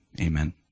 Amen